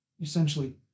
essentially